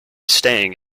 staying